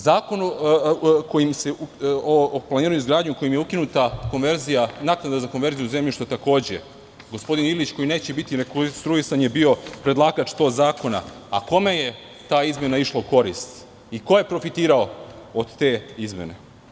Zakon o planiranju i izgradnji kojim je ukinuta naknada za konverziju zemljišta, takođe, gospodin Ilić, koji neće biti rekonstruisan, je bio predlagač tog zakona, a kome je ta izmena išla u korist i ko je profitirao od te izmene?